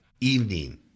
evening